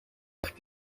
afite